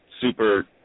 super